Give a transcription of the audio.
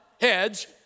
Heads